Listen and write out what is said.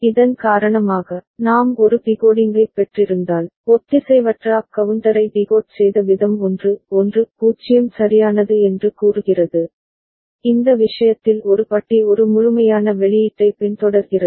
இதன் காரணமாக நாம் ஒரு டிகோடிங்கைப் பெற்றிருந்தால் ஒத்திசைவற்ற அப் கவுண்டரை டிகோட் செய்த விதம் 1 1 0 சரியானது என்று கூறுகிறது இந்த விஷயத்தில் ஒரு பட்டி ஒரு முழுமையான வெளியீட்டைப் பின்தொடர்கிறது